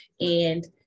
And-